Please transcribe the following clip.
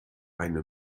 eine